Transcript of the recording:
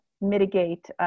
mitigate